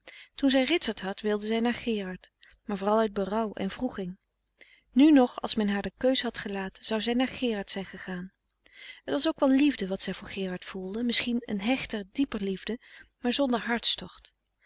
toen zij ritsert had wilde zij naar gerard frederik van eeden van de koele meren des doods maar vooral uit berouw en wroeging nu nog als men haar de keus had gelaten zou zij naar gerard zijn gegaan het was ook wel liefde wat zij voor gerard voelde misschien een hechter dieper liefde maar zonder